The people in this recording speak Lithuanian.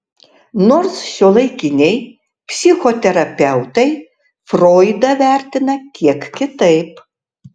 nors šiuolaikiniai psichoterapeutai froidą vertina kiek kitaip